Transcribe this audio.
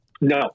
No